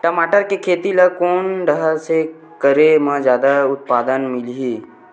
टमाटर के खेती ला कोन ढंग से करे म जादा उत्पादन मिलही?